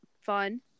fun